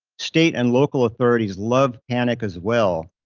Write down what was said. state and local authorities love panic as well.